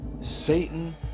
Satan